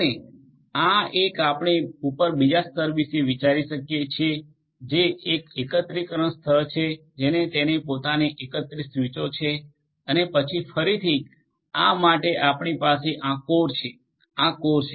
અને આ એક આપણે ઉપર બીજા સ્તર વિશે વિચારી શકીએ છીએ જે એકત્રીકરણ સ્તર છે જેને તેની પોતાની એકત્રીત સ્વીચો છે અને પછી ફરીથી આ માટે આપણી પાસે આ કોર છે આ કોર છે